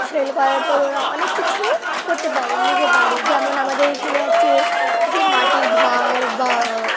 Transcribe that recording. sell করার পর ওরা অনেক কিছু করতে পারে নিজের বাড়ি যেমন আমাদের এইখানে আছে যে মাটির ভাড় বা